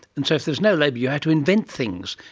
and so if there is no labour you had to invent things,